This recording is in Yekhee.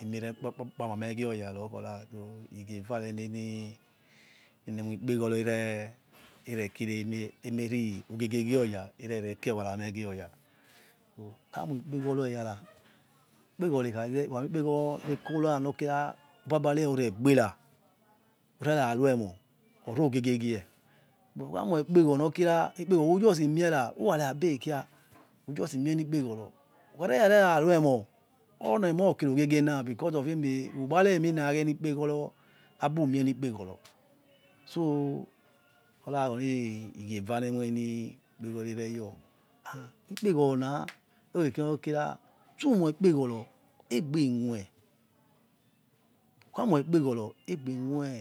emere ikpakpameghic you ro kwor igie evare rue enikpeghoro ekira eme rogiegie yioya egere rikpar kpmeh gioya amieikpegoro weyara enekora nor kira obabare ruregbeia urrna ruemor oro ghic yhi ghi whokha moi upegoro nor kira ikpejoro ujusi mie ra irareabekhia ujusi mie eni kpegoro ukhare rera ruemoh oni emo ikirugiogiegienna because uware emina abumienikpeghoro so era kheni egie eva nor imekpegoro ereyor ikpegoro na or juen kirioya nor kira etumoi kpe goro egbe emoi ukamo ukpegoro egbemoi